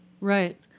Right